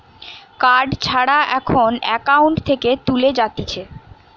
card ছাড়া এখন account থেকে তুলে যাতিছে